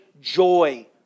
joy